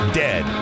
dead